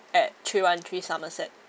at three one three somerset